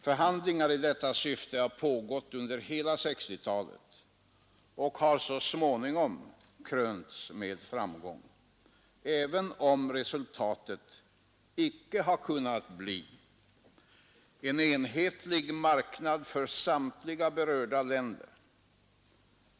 Förhandlingar i detta syfte har pågått under hela 1960-talet och har så småningom krönts med framgång, även om resultatet icke har kunnat bli en enhetlig marknad för samtliga berörda länder.